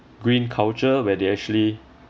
green culture where they actually